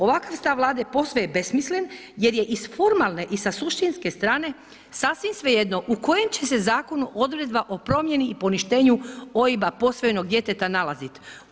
Ovakav stav Vlade posve je besmislen jer je iz formalne i sa suštinske strane sasvim svejedno u kojem će se zakonu odredba o promjeni i poništenju OIB-a posvojenog djeteta nalaziti.